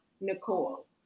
Nicole